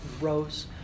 rose